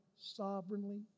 sovereignly